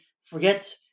forget